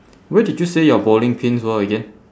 where did you say your bowling pins were again